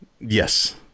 Yes